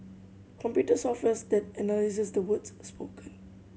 computer software then analyses the words spoken